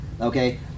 Okay